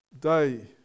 day